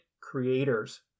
creators